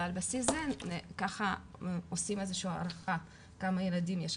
ועל בסיס זה ככה עושים איזשהו הערכה כמה ילדים יש,